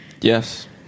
Yes